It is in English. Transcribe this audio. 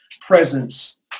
presence